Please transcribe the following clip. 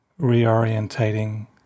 reorientating